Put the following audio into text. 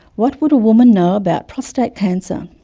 what would a woman know about prostate cancer?